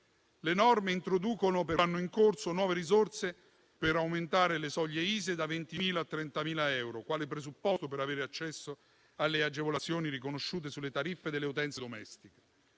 Le norme introducono per l'anno in corso nuove risorse per aumentare le soglie ISEE da 20.000 a 30.000 euro, quale presupposto per avere accesso alle agevolazioni riconosciute sulle tariffe delle utenze domestiche.